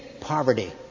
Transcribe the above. poverty